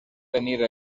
tenir